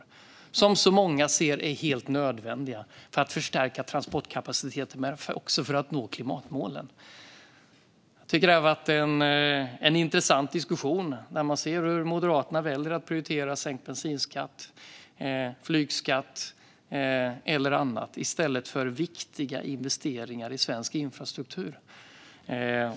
Det är satsningar som så många ser som helt nödvändiga för att förstärka transportkapaciteten men också för att nå klimatmålen. Jag tycker att det är intressant att höra hur Moderaterna väljer att prioritera sänkt bensinskatt, flygskatt eller annat i stället för viktiga investeringar i svensk infrastruktur.